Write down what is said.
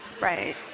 Right